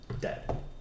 dead